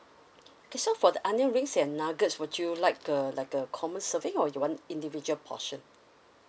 okay so for the onion rings and nuggets would you like uh like a common serving or you want individual portion